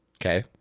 okay